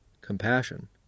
compassion